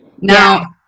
now